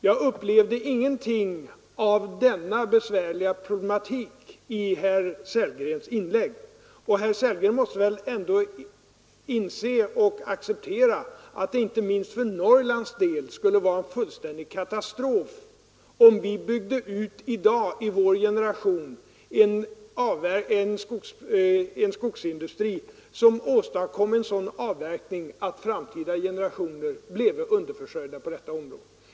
Jag upplevde ingenting av denna besvärliga problematik i herr Sellgrens inlägg, och herr Sellgren måste väl ändå inse och acceptera att det inte minst för Norrlands del skulle vara en fullständig katastrof om vi i dag, i vår generation, byggde ut en skogsindustri som åstadkom en sådan avverkning att framtida generationer bleve underförsörjda på detta område.